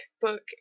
book